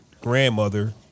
grandmother